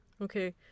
Okay